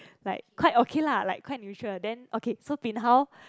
like quite okay lah like quite neutral then okay so bin hao